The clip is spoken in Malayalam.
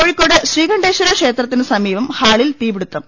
കോഴിക്കോട് ശ്രീകണ്ഠേശ്വര ക്ഷേത്രത്തിന് സമീപം ഹാളിൽ തീപിടുത്തം